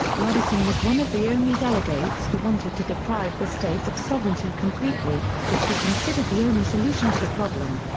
madison was one of the only delegates who wanted to deprive the states of sovereignty completely, which he considered the only solution to the problem.